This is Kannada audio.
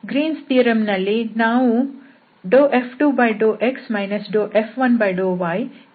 ಗ್ರೀನ್ಸ್ ಥಿಯರಂ Green's theorem ನಲ್ಲಿ ನಾವು F2∂x F1∂y ಈ ಮೌಲ್ಯವನ್ನು ಕಂಡುಹಿಡಿಯಬೇಕು